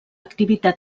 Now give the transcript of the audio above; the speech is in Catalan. activitat